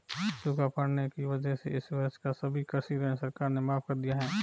सूखा पड़ने की वजह से इस वर्ष का सभी कृषि ऋण सरकार ने माफ़ कर दिया है